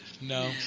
No